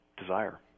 desire